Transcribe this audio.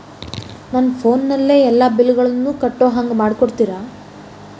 ನನ್ನ ಫೋನಿನಲ್ಲೇ ಎಲ್ಲಾ ಬಿಲ್ಲುಗಳನ್ನೂ ಕಟ್ಟೋ ಹಂಗ ಮಾಡಿಕೊಡ್ತೇರಾ?